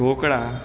dhokla